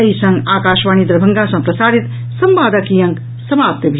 एहि संग आकाशवाणी दरभंगा सँ प्रसारित संवादक ई अंक समाप्त भेल